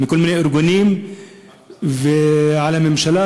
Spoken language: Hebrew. של כל מיני ארגונים על הממשלה,